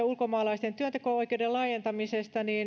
ulkomaalaisten työnteko oikeuden laajentamisesta